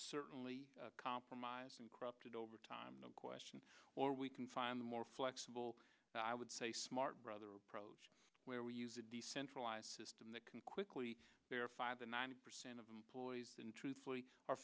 certainly compromising corrupted over time no question or we can find a more flexible i would say smart brother approach where we use a decentralized system that can quickly verify that ninety percent of employees and truthfully are